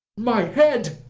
my head!